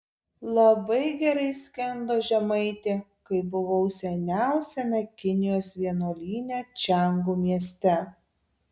labai gerai skendo žemaitė kai buvau seniausiame kinijos vienuolyne čiangu mieste